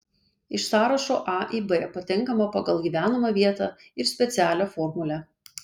iš sąrašo a į b patenkama pagal gyvenamą vietą ir specialią formulę